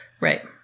Right